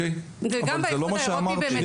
אבל זה לא מה שאמרתי.